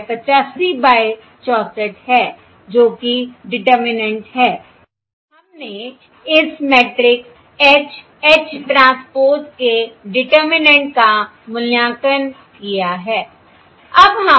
यह 85 बाय 64 है जो कि डिटरमिनेन्ट है हमने इस मैट्रिक्स H H ट्रांसपोज़ के डिटरमिनेन्ट का मूल्यांकन किया है